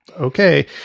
okay